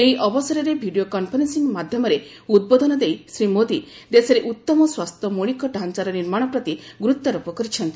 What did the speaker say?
ଏହି ଅବସରରେ video conferencing ମାଧ୍ୟମରେ ଉଦ୍ବୋଧନ ଦେଇ ଶ୍ରୀ ମୋଦୀ ଦେଶରେ ଉତ୍ତମ ସ୍ୱାସ୍ଥ୍ୟ ମୌଳିକ ଡାଞ୍ଚାର ନିର୍ମାଣ ପ୍ରତି ଗୁରୁତ୍ୱାରୋପ କରିଛନ୍ତି